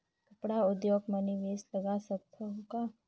कपड़ा उद्योग म निवेश लगा सकत हो का?